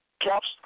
caps